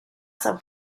san